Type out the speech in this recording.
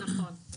נכון.